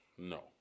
No